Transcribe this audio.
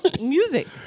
Music